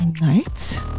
night